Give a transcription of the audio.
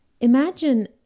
Imagine